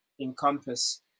encompass